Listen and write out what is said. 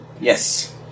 Yes